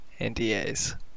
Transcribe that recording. NDAs